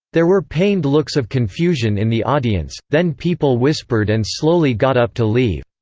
there were pained looks of confusion in the audience, then people whispered and slowly got up to leave.